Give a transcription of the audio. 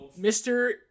Mr